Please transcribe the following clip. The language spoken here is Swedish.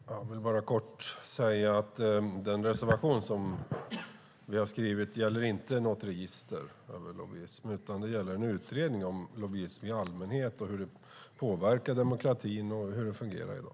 Herr talman! Jag vill bara kort säga att den reservation som vi har skrivit inte gäller något register över lobbyister, utan den gäller en utredning om lobbyism i allmänhet, hur det påverkar demokratin och hur det fungerar i dag.